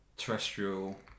terrestrial